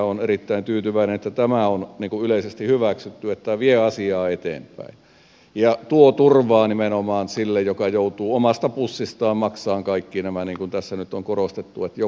olen erittäin tyytyväinen että tämä on yleisesti hyväksytty että tämä vie asiaa eteenpäin ja tuo turvaa nimenomaan sille joka joutuu omasta pussistaan maksamaan kaikki nämä niin kuin tässä nyt on korostettu että joku maksaa